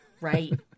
Right